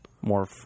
more